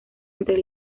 entre